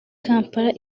kampala